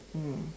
mm